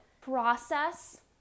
process